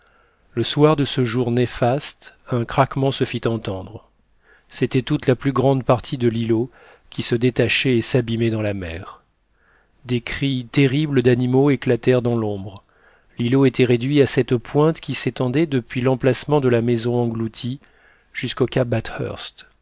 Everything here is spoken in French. le soir de ce jour néfaste un craquement se fit entendre c'était toute la plus grande partie de l'îlot qui se détachait et s'abîmait dans la mer des cris terribles d'animaux éclatèrent dans l'ombre l'îlot était réduit à cette pointe qui s'étendait depuis l'emplacement de la maison engloutie jusqu'au cap bathurst